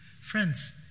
friends